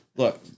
Look